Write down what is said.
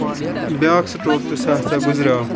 بیٛاکھ سٹرٛوک تہٕ سُہ ہَسا گُزریوو